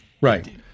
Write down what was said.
Right